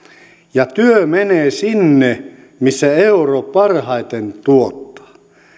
ja työ menee sinne missä euro parhaiten tuottaa